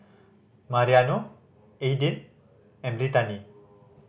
Mariano Aidyn and Brittani